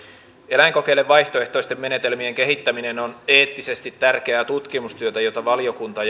eläinkokeille vaihtoehtoisten menetelmien kehittäminen on eettisesti tärkeää tutkimustyötä jota valiokunta